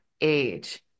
age